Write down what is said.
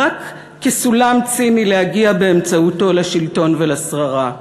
רק כסולם ציני להגיע באמצעותו לשלטון ולשררה.